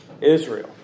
Israel